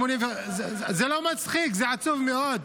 85. זה לא מצחיק, זה עצוב מאוד,